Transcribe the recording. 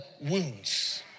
wounds